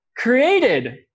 Created